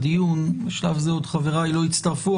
בדיון שעל זה עוד חבריי לא הצטרפו,